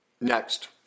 Next